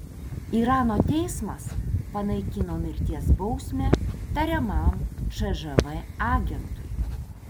irano teismas panaikino mirties bausmę tariamam cžv agentui